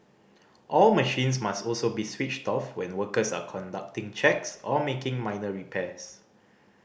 all machines must also be switched off when workers are conducting checks or making minor repairs